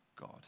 God